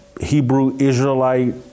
Hebrew-Israelite